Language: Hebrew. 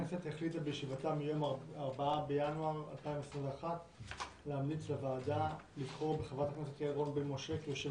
לאור העובדה שיושבת-ראש הוועדה חברת הכנסת קאבלה התפטרה